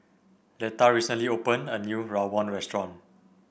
Leta recently opened a new Rawon restaurant